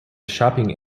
shopping